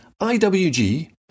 IWG